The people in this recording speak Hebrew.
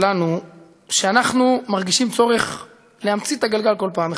שלנו היא שאנחנו מרגישים צורך להמציא את הגלגל בכל פעם מחדש.